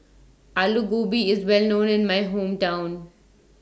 Alu Gobi IS Well known in My Hometown